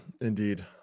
Indeed